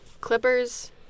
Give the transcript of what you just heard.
Clippers